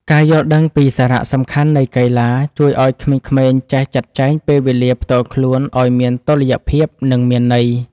ការយល់ដឹងពីសារៈសំខាន់នៃកីឡាជួយឱ្យក្មេងៗចេះចាត់ចែងពេលវេលាផ្ទាល់ខ្លួនឱ្យមានតុល្យភាពនិងមានន័យ។